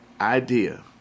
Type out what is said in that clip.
idea